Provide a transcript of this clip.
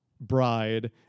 bride